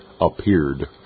appeared